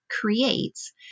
creates